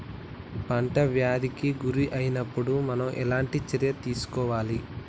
పంట వ్యాధి కి గురి అయినపుడు మనం ఎలాంటి చర్య తీసుకోవాలి?